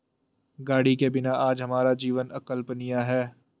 गाड़ी के बिना आज हमारा जीवन अकल्पनीय है